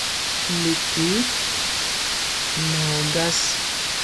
Liddi nogas.